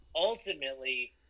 ultimately